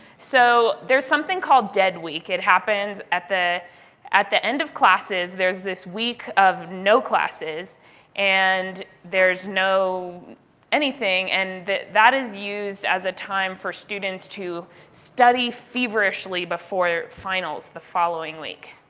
so there's something called dead week. it happens at the at the end of classes. there's this week of no classes and there's no anything. and that is used as a time for students to study feverishly before finals the following week.